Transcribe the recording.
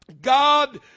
God